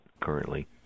currently